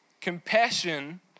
Compassion